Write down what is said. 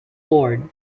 board